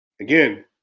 Again